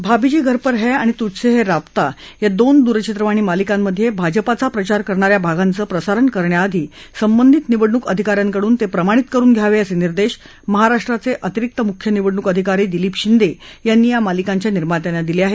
भामीजी घर पर है आणि तुझसे है राब्ता या दोन द्रचित्रवाणी मालिकांमधे भाजपाचा प्रचार करणा या भागांचं प्रसारण करण्याआधी संबंधित निवडणूक अधिका यांकडून ते प्रमाणित करुन घ्यावे असे निर्देश महाराष्ट्राचे अतिरिक्त मुख्य निवडणूक अधिकारी दिलीप शिंदे यांनी या मालिकांच्या निर्मात्यांना दिले आहेत